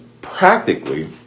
practically